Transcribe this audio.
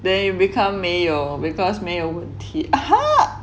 then you become 没有 because 没有问题 ha